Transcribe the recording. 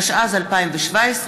התשע"ז 2017,